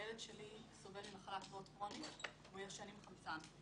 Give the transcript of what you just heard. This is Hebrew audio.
הילד שלי סובל ממחלת ריאות כרונית והוא ישן עם חמצן.